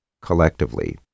collectively